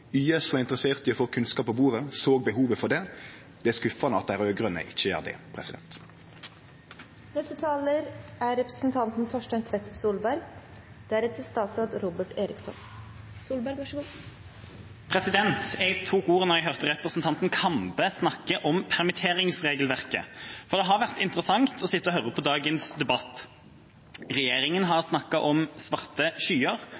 YS var interessert i å få kunnskap på bordet, såg behovet for det. Det er skuffande at dei raud-grøne ikkje gjer det. Jeg tok ordet da jeg hørte representanten Kambe snakke om permitteringsregelverket. Det har vært interessant å sitte og høre på dagens debatt. Regjeringa